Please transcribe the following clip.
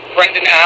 Brendan